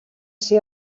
ser